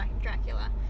Dracula